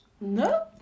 No